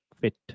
fit